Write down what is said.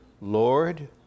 Lord